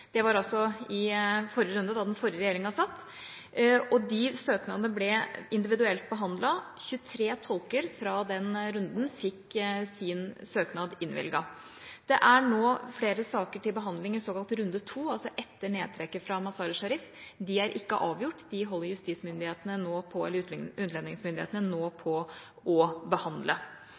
det var altså da den forrige regjeringa satt. De søknadene ble individuelt behandlet, og 23 tolker fra den runden fikk sin søknad innvilget. Det er nå flere saker til behandling i såkalte runde to, altså etter nedtrekket fra Mazar-e-Sharif. De er ikke avgjort, de holder utlendingsmyndighetene nå på